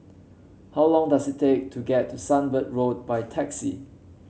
how long does it take to get to Sunbird Road by taxi